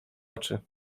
oczy